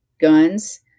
guns